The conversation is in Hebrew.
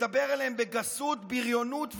מדבר אליהם בגסות, בריונות ואלימות,